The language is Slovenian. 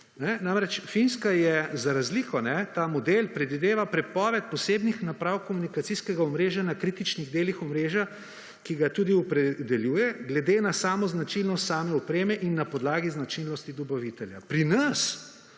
Namreč, Finska je za razliko… Ta model predvideva prepoved posebnih naprav komunikacijskega omrežja na kritičnih delih omrežja, ki ga tudi opredeljuje glede na značilnost opreme in na podlagi značilnosti dobavitelja. Pri nas